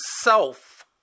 self